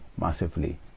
massively